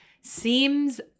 Seems